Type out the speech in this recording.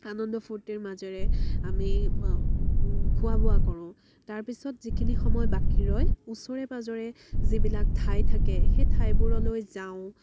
আনন্দ ফূৰ্তিৰ মাজেৰে আমি খোৱা বোৱা কৰোঁ তাৰ পিছত যিখিনি সময় বাকী ৰয় ওচৰে পাজৰে যিবিলাক ঠাই থাকে সেই ঠাইবোৰলৈ যাওঁ